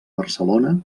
barcelona